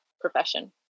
profession